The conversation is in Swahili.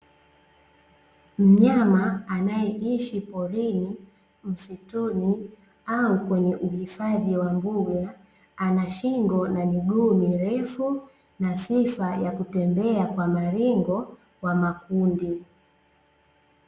Mnyama anaeishi porini , msituni au kwenye uhifadhi wa mbuga ana shingo na miguu mirefu na sifa ya kutembea kwa maringo kwa makundi .